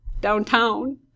downtown